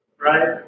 Right